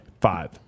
Five